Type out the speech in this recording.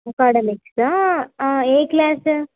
ఆకాడమిక్సా ఏ క్లాసు